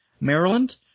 Maryland